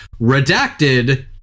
Redacted